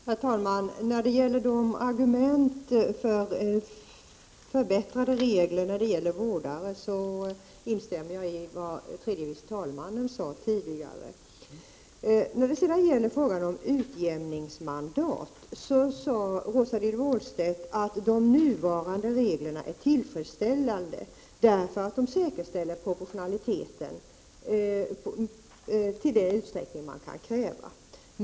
Herr talman! Jag instämmer i vad tredje vice talmannen tidigare sade i fråga om argumenten för förbättrade regler vad gäller vårdare. Rosa-Lill Wåhlstedt sade angående frågan om utjämningsmandaten att de nuvarande reglerna är tillfredsställande eftersom de säkerställer proportionaliteten i den utsträckning man kan kräva.